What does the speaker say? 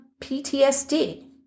PTSD